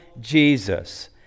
Jesus